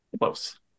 Close